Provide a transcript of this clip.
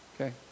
Okay